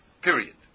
Period